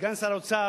סגן שר האוצר,